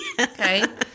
Okay